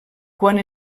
quan